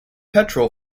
petrol